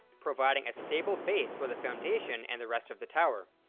providing a stable base for the foundation and the rest of the tower.